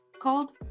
called